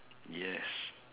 yes